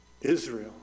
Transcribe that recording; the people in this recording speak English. Israel